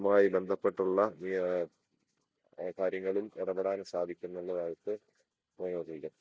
മായി ബന്ധപ്പെട്ടിട്ടുള്ള കാര്യങ്ങളിൽ ഇടപെടാൻ സാധിക്കുന്നുള്ളതായിട്ട്